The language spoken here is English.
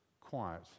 quiet